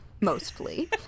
mostly